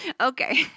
okay